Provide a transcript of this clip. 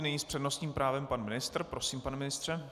Nyní s přednostním právem pan ministr. Prosím, pane ministře.